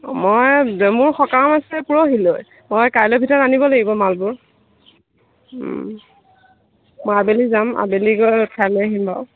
মই মোৰ সকাম আছিলে পৰহিলৈ মই কাইলৈ ভিতৰত আনিব লাগিব মালবোৰ ওম মই আবেলি যাম আবেলি গৈ উঠাই লৈ আহিম বাৰু